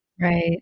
Right